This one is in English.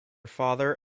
father